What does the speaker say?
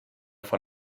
von